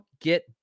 get